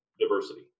diversity